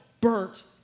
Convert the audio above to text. burnt